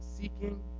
Seeking